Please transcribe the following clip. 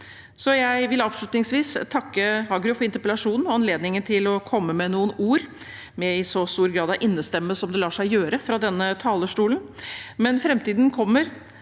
Jeg vil avslutningsvis takke Hagerup for interpellasjonen og anledningen til å komme med noen ord med så stor grad av innestemme som det lar seg gjøre fra denne talestolen. Framtiden kommer,